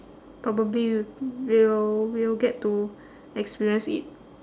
probably we'll we'll get to experience it